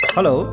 Hello